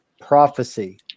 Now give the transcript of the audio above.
prophecy